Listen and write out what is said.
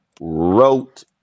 wrote